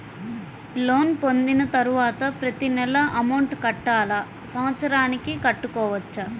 Loan పొందిన తరువాత ప్రతి నెల అమౌంట్ కట్టాలా? సంవత్సరానికి కట్టుకోవచ్చా?